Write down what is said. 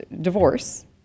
divorce